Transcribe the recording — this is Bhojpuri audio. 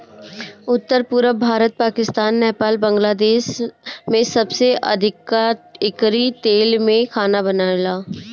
उत्तर, पुरब भारत, पाकिस्तान, नेपाल, बांग्लादेश में सबसे अधिका एकरी तेल में खाना बनेला